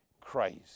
Christ